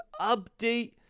Update